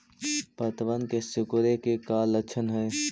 पत्तबन के सिकुड़े के का लक्षण हई?